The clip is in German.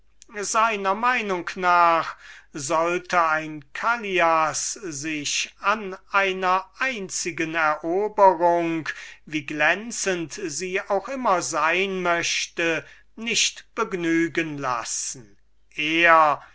seiner meinung nach sollte ein callias sich an einer einzigen eroberung so glänzend sie auch immer sein möchte nicht begnügen lassen er